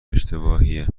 اشتباهیه